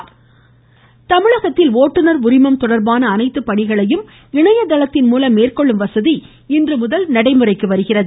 ப்ப்ப்ப் ஒட்டுநர் உரிமம் தமிழகத்தில் ஒட்டுநர் உரிமம் தொடர்பான அனைத்து பணிகளையும் இணைய தளத்தின்மூலம் மேற்கொள்ளும் வசதி இன்றுமுதல் நடைமுறைக்கு வருகிறது